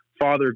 Father